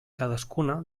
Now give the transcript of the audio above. cadascuna